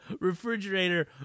refrigerator